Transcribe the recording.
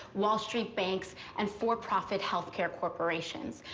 wall street banks, and for-profit healthcare corporations.